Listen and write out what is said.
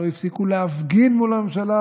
לא הפסיקו להפגין מול הממשלה,